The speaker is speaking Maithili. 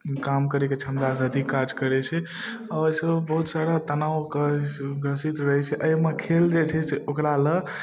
काम करैके क्षमतासँ अधिक काज करै छै आओरसँ बहुत सारा तनावके ग्रसित रहै छै एहिमे खेल जे छै से ओकरालए